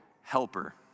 helper